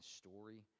story